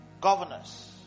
governors